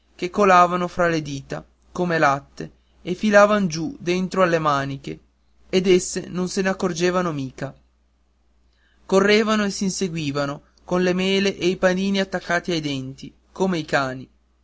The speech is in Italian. che colavano fra le dita come latte e filavan giù dentro alle maniche ed esse non se n'accorgevano mica correvano e s'inseguivano con le mele e i panini attaccati ai denti come i cani